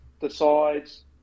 decides